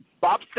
Bob